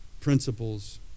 principles